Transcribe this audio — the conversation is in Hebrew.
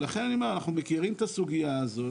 לכן אני אומר, אנחנו מכירים את הסוגייה הזאת